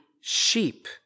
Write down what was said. sheep